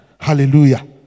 Hallelujah